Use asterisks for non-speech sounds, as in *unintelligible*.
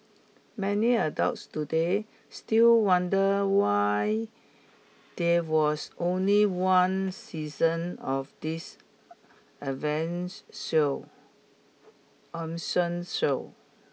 many adults today still wonder why there was only one season of this avenge show *unintelligible* show